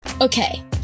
Okay